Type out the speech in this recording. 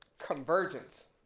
convergence